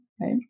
right